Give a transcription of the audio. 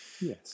Yes